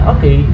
Okay